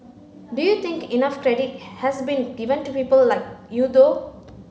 do you think enough credit has been given to people like you though